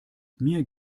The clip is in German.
mir